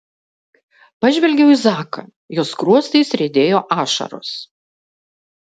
pažvelgiau į zaką jo skruostais riedėjo ašaros